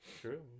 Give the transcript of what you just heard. true